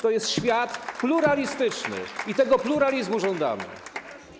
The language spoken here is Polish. To jest świat pluralistyczny i tego pluralizmu żądamy.